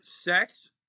sex